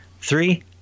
Three